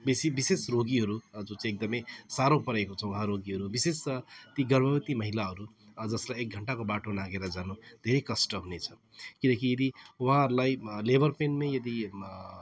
बेसी विशेष रोगीहरू जो चाहिँ एकदम साह्रो परेको छ उहाँ रोगीहरू विशेष ती गर्भवती महिलाहरू जसलाई एक घण्टाको बाटो नाघेर जानु धेरै कष्ट हुनेछ किनकि यदि उहाँहरूलाई लेबर पेनमा यदि